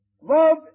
Love